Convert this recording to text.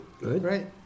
right